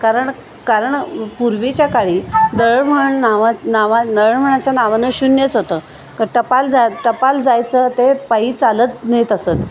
कारण कारण पूर्वीच्या काळी दळणवळण नावा नावा दळणवळणच्या नावानं शून्यच होतं क टपाल जा टपाल जायचं ते पायी चालत नेत असंत